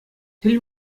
тӗл